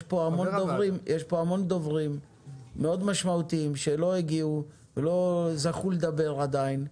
המון דוברים משמעותיים מאוד שלא זכו לדבר עדיין.